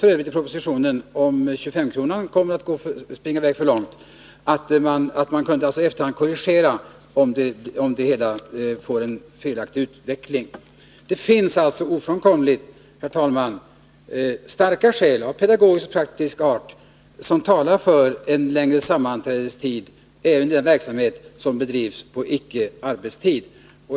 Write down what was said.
också anges i propositionen — om 25-kronorsschablonen springer i väg för långt och det hela får en felaktig utveckling. Ofrånkomligen finns det alltså, herr talman, starka skäl — både av pedagogisk och av praktisk art — som talar för en längre sammanträdestid även för den verksamhet som bedrivs på icke-arbetstid.